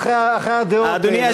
אנחנו אחרי הדעות בנושא הוועדות.